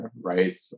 right